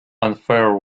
unfair